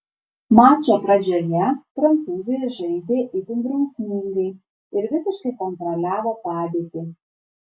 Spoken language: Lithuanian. mačo pradžioje prancūzai žaidė itin drausmingai ir visiškai kontroliavo padėtį